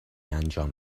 انجام